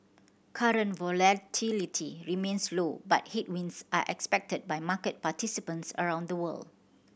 current volatility remains low but headwinds are expected by market participants around the world